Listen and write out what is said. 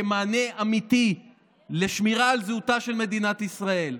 כמענה אמיתי לשמירה על זהותה של מדינת ישראל.